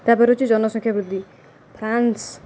ତା'ପରେ ହେଉଛି ଜନସଂଖ୍ୟା ବୃଦ୍ଧି ଫ୍ରାନ୍ସ